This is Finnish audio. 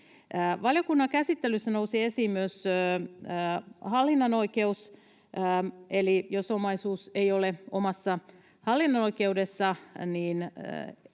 Valiokunnan käsittelyssä nousi esiin myös hallintaoikeus, eli jos omaisuus ei ole omassa hallinnassa,